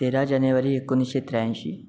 तेरा जानेवारी एकोणिसशे त्र्याऐंशी